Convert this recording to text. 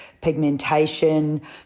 pigmentation